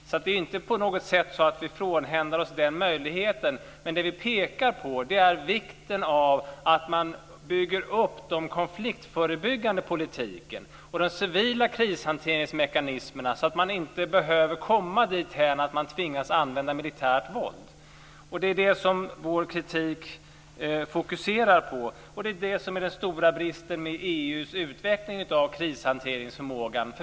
Det är alltså inte på något sätt så att vi frånhänder oss den möjligheten. Men det vi pekar på är vikten av att man bygger upp den konfliktförebyggande politiken och de civila krishanteringsmekanismerna så att man inte behöver komma dithän att man tvingas använda militärt våld. Det är det som vår kritik fokuserar på, och det är det som är den stora bristen med EU:s utveckling av krishanteringsförmågan.